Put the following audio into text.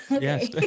Yes